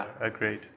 Agreed